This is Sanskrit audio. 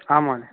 आं महोदय